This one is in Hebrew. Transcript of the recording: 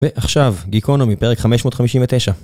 ועכשיו, גיקונומי, פרק 559